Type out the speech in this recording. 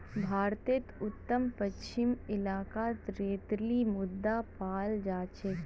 भारतेर उत्तर पश्चिम इलाकात रेतीली मृदा पाल जा छेक